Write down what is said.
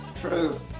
true